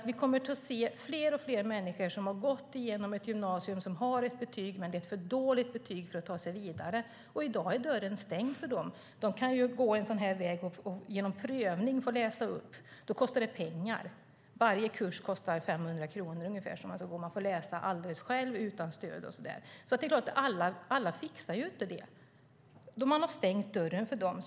Vi kommer att få se fler och fler människor som gått igenom gymnasiet, som har betyg, men betygen är för dåliga för att de ska kunna ta sig vidare. I dag är dörren stängd för dem. De kan genom prövning få läsa upp sina betyg, men det kostar pengar. Varje sådan kurs kostar ungefär 500 kronor, och man får läsa helt själv, utan stöd. Alla fixar inte det. Man har stängt dörren för dem.